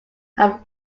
have